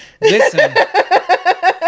Listen